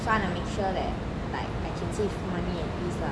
so I wanna make sure that like I can save money at least lah